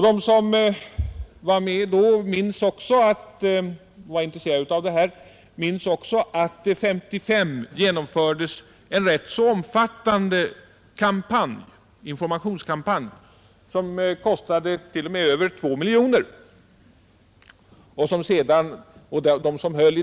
De som var med då och var intresserade av denna fråga minns också att det år 1955 genomfördes en rätt omfattande informationskampanj, som kostade över två miljoner kronor.